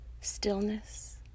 stillness